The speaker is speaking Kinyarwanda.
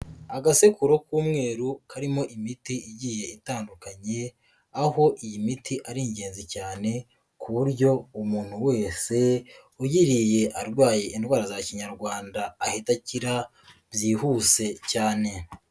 Agasekuro k'umweru karimo imiti igiye itandukanye, aho iyi miti ari ingenzi cyane ku buryo umuntu wese uyiriye arwaye indwara za kinyarwanda ahita akira byihuse cyane.